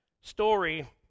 story